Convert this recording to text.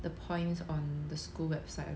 the points on the school website